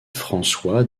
françois